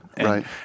right